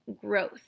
Growth